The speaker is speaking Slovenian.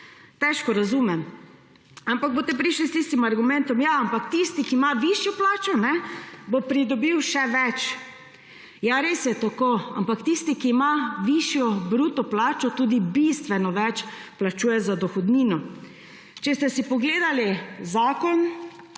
težko razumem. Ampak boste prišli s tistim argumentov: ja, ampak tisti, ki ima višjo plačo, bo pridobil še več. Ja, res je tako, ampak tisti, ki ima višjo bruto plačo, tudi bistveno več plačuje za dohodnino. Če ste si pogledali zakon,